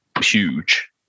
huge